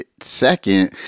second